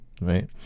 right